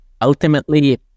Ultimately